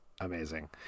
Amazing